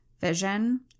vision